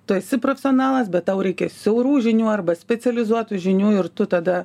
tu esi profsionalas bet tau reikia siaurų žinių arba specializuotų žinių ir tu tada